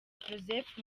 joseph